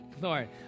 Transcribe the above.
Lord